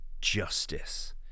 justice